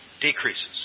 decreases